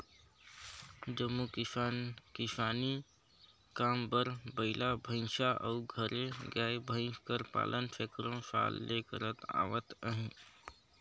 जम्मो किसान किसानी काम बर बइला, भंइसा अउ घरे गाय, भंइस कर पालन सैकड़ों साल ले करत आवत अहें